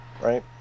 right